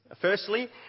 Firstly